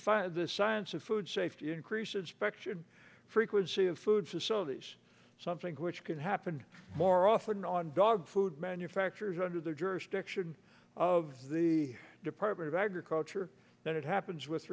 fire the science of food safety increases specs frequency of food facilities something which can happen more often on dog food manufacturers under the jurisdiction of the department of agriculture then it happens with